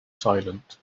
silent